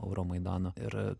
euromaidano ir